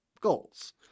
goals